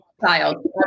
child